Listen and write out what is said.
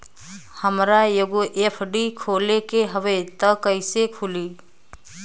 हमरा एगो एफ.डी खोले के हवे त कैसे खुली?